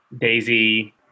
Daisy